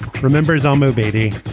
remembers olmo obeidy.